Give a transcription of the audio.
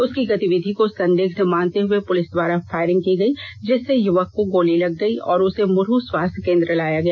उसकी गतिविधि को संदिग्ध मानते हुए पुलिस द्वारा फायरिंग की गई जिससे युवक को गोली लग गई और उसे मुरहू स्वास्थ्य केंद्र लाया गया